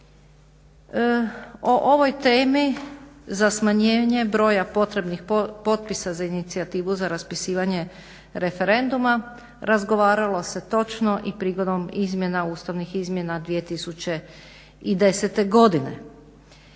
O ovoj temi za smanjenje broja potrebnih potpisa za inicijativu za raspisivanje referenduma razgovaralo se točno i prigodom ustavnih izmjena 2010. godine.